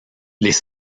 les